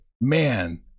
Man